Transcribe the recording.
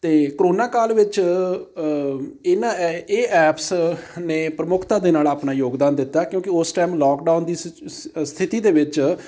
ਅਤੇ ਕਰੋਨਾ ਕਾਲ ਵਿੱਚ ਇਹਨਾਂ ਐ ਇਹ ਐਪਸ ਨੇ ਪ੍ਰਮੁੱਖਤਾ ਦੇ ਨਾਲ ਆਪਣਾ ਯੋਗਦਾਨ ਦਿੱਤਾ ਕਿਉਂਕਿ ਉਸ ਟਾਈਮ ਲੌਕਡਾਊਨ ਦੀ ਸਥਿਤੀ ਦੇ ਵਿੱਚ